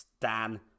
Dan